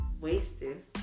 wasted